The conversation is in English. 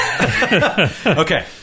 Okay